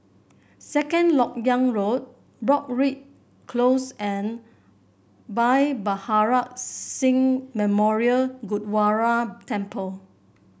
Second LoK Yang Road Broadrick Close and Bhai Maharaj Singh Memorial Gurdwara Temple